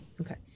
Okay